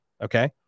Okay